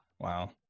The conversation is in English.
Wow